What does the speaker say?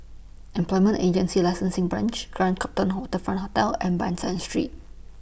Employment Agency Licensing Branch Grand Copthorne Waterfront Hotel and Ban San Street